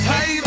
Hey